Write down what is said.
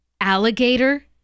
alligator